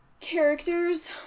characters